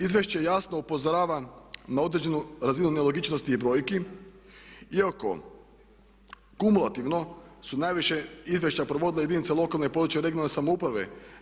Izvješće jasno upozorava na određenu razinu nelogičnosti i brojki iako kumulativno su najviše izvješća provodile jedinice lokalne i područne samouprave.